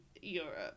Europe